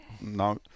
no